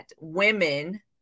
women